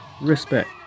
respect